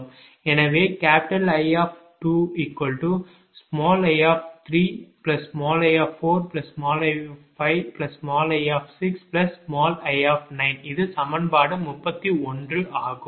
எனவே I2i3i4i5i6i இது சமன்பாடு 31 ஆகும்